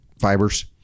fibers